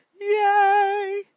Yay